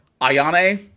Ayane